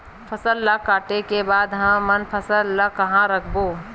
फसल ला काटे के बाद हमन फसल ल कहां रखबो?